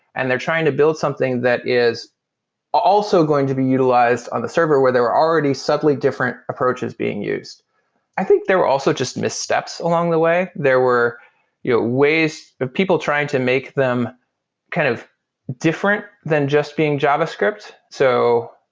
and trying to build something that is also going to be utilized on the server, where there are already subtly different approaches being used i think there were also just missteps along the way. there were yeah ways of people trying to make them kind of different than just being javascript. so